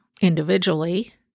individually